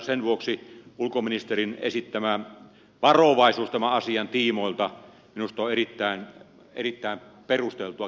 sen vuoksi ulkoministerin esittämä varovaisuus tämän asian tiimoilta minusta on erittäin perusteltua